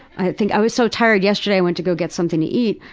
i think, i was so tired yesterday i went to go get something to eat.